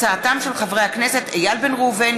מהיר בהצעתם של חברי הכנסת איל בן ראובן,